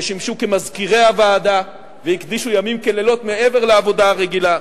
ששימשו מזכירי הוועדה והקדישו ימים ולילות מעבר לעבודה הרגילה.